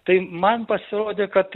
tai man pasirodė kad